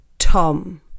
Tom